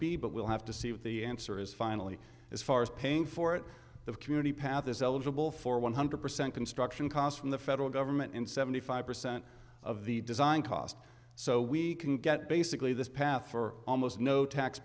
be but we'll have to see if the answer is finally as far as paying for it the community path is eligible for one hundred percent construction cost from the federal government in seventy five percent of the design cost so we can get basically this path for almost no